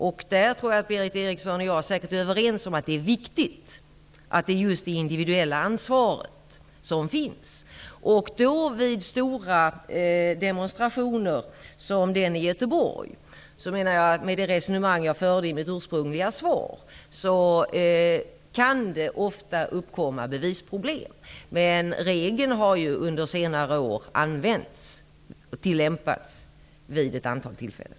Jag tror säkert att Berith Eriksson och jag är överens om att det individuella ansvaret är viktigt. Som jag sade i mitt svar kan det, vid stora demonstrationer som vid den i Göteborg, ofta uppkomma bevisproblem. Men regeln har under senare år tillämpats vid att antal tillfällen.